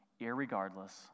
irregardless